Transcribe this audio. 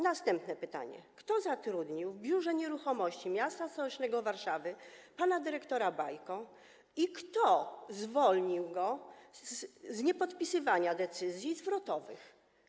Następne pytanie: Kto zatrudnił w biurze nieruchomości m.st. Warszawy pana dyrektora Bajkę i kto zwolnił go z niepodpisywania decyzji zwrotowych?